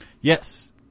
Yes